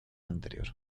anterior